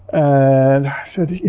and i said, yeah,